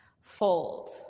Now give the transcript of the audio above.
fold